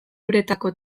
uretako